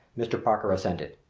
mr. parker assented.